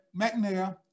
McNair